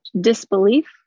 disbelief